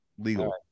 legal